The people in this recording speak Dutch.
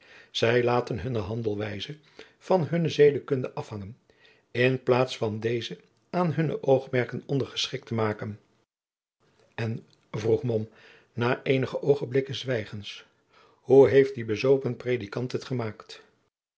zij laten hunne handelwijze van hunne zedekunde afhangen in de plaats van deze aan hunne oogmerken ondergeschikt te maken en vroeg mom na eenige oogenblikken zwijgens hoe heeft die bezopen predikant het gemaakt